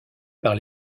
par